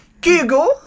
Google